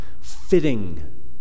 fitting